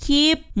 Keep